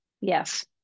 yes